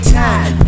time